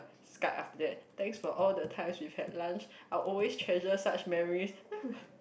Skype after that thanks all the times we had lunch I will always treasure such memories then I'm like